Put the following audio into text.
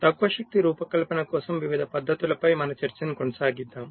తక్కువ శక్తి రూపకల్పన కోసం వివిధ పద్ధతులపై మన చర్చను కొనసాగిద్దాం